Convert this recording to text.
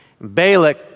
Balak